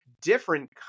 different